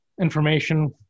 information